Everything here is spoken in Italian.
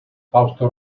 fausto